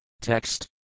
Text